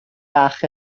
bach